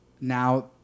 Now